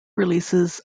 releases